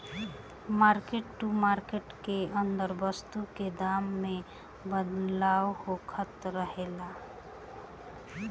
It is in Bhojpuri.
मार्क टू मार्केट के अंदर वस्तु के दाम में बदलाव होखत रहेला